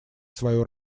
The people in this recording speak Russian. свою